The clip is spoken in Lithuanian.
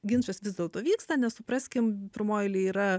ginčas vis dėlto vyksta nesupraskim pirmoj eilėj yra